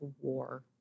war